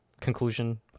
Conclusion